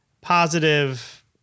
positive